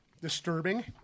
disturbing